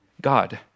God